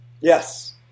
Yes